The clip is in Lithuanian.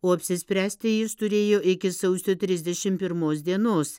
o apsispręsti jis turėjo iki sausio trisdešimt pirmos dienos